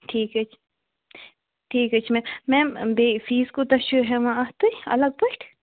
ٹھیٖک حظ چھُ ٹھیٖک حظ چھُ میم میم بیٚیہِ فیٖس کوٗتاہ چھِو ہیٚوان اتھ تُہۍ الگ پٲٹھۍ